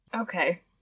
Okay